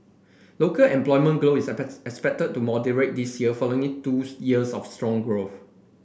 local employment grow is expected to moderate this year following two years of strong growth